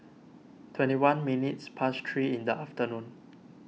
twenty one minutes past three in the afternoon